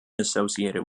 associated